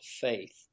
faith